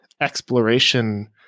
exploration